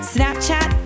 Snapchat